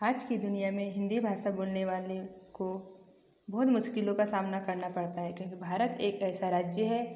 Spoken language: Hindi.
आज की दुनिया में हिन्दी भाषा बोलने वाले को बहुत मुश्किलों का सामना करना पड़ता है क्योंकि भारत एक ऐसा राज्य है